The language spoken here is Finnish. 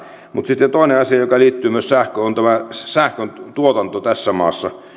mutta sitten toinen asia joka liittyy myös sähköön on tämä sähköntuotanto tässä maassa